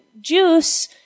juice